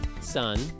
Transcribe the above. Sun